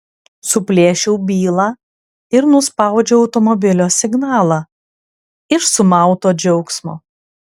suplėšiau bylą ir nuspaudžiau automobilio signalą iš sumauto džiaugsmo